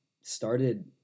started